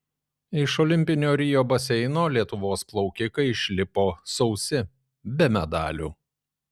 iš olimpinio rio baseino lietuvos plaukikai išlipo sausi be medalių